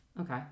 Okay